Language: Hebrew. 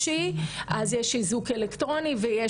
תארו לכם שמישהו פגע דרך הטלפון,